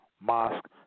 mosque